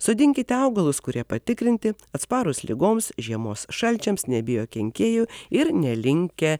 sodinkite augalus kurie patikrinti atsparūs ligoms žiemos šalčiams nebijo kenkėjų ir nelinkę